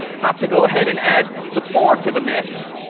have to go ahead and add the four to the mix,